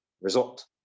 result